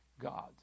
God